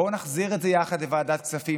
בואו נחזיר את זה יחד לוועדת הכספים,